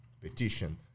petition